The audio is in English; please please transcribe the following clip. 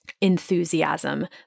enthusiasm